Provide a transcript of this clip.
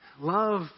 Love